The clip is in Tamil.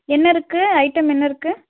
என்ன இருக்குது ஐட்டம் என்ன இருக்குது